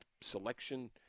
selection